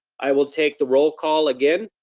i will take the roll call again.